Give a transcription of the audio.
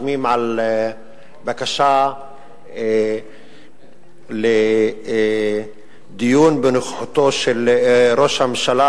חותמים על בקשה לדיון בנוכחותו של ראש הממשלה.